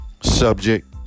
subject